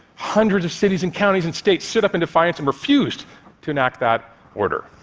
hundreds of cities and counties and states sat up in defiance and refused to enact that order.